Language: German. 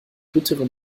bittere